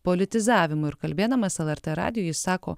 politizavimu ir kalbėdamas lrt radijui sako